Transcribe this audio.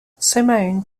simone